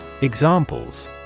Examples